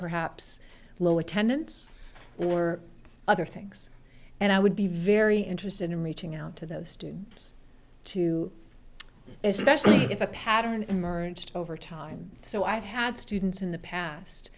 perhaps low attendance or other things and i would be very interested in reaching out to those due to especially if a pattern emerged over time so i had students in the past